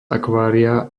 akvária